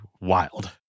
wild